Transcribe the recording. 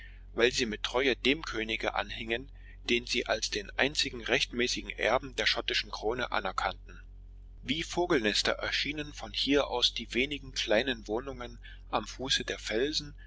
weil sie mit treue dem könige anhingen den sie als den einzigen rechtmäßigen erben der schottischen krone anerkannten wie vogelnester erschienen von hier aus die wenigen kleinen wohnungen am fuße der felsen